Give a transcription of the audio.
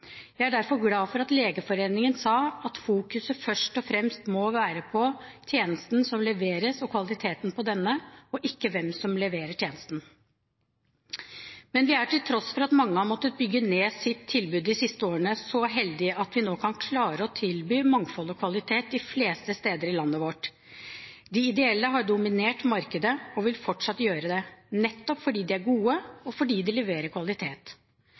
jeg ikke vil være med på. Jeg er derfor glad for at Legeforeningen sa: «Fokus må først og fremst være på tjenesten som leveres – og kvalitetene av denne, og ikke hvem som leverer tjenestene.» Men vi er til tross for at mange har måttet bygge ned sitt tilbud de siste årene, så heldige at vi nå kan klare å tilby mangfold og kvalitet de fleste steder i landet vårt. De ideelle har dominert markedet og vil fortsatt gjøre det, nettopp fordi de er gode, og fordi de leverer kvalitet.